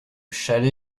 chalet